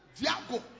Diago